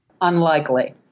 unlikely